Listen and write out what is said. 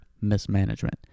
mismanagement